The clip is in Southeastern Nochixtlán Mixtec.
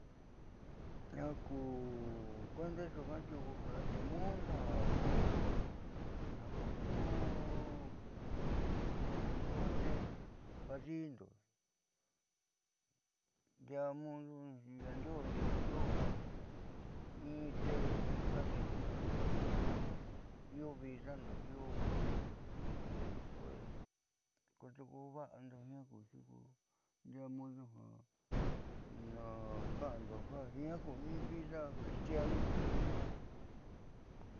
Jiaa ku kuenda nyuuka tiuku ati udo ja ko ja kuundeeku ja kuundo ja tee vaadi'indo ndiaa mudu nyaajdio'o ni ndaando ja in tee indi'i in ja adi'i io viidaando ja kundeeku va'ando jiaa ku in vida cristiano.